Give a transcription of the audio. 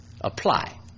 apply